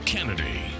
Kennedy